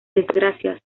desgracia